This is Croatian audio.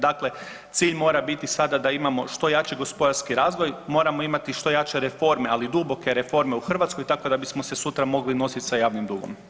Dakle, cilj mora biti sada da imamo što jači gospodarski razvoj, moramo imati što jače reforme, ali duboke reforme u Hrvatskoj tako da bismo se sutra mogli nosit sa javnim dugom.